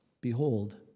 Behold